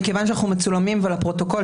מכיוון שאנחנו מצולמים ולפרוטוקול,